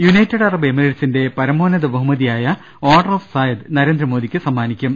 United Arab എമിറേറ്റ്സിന്റെ പർമോന്നത ബഹുമ തിയായ ഓർഡർ ഓഫ് സായദ് നരേന്ദ്രമോദിക്ക് സമ്മാനി ക്കും